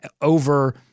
over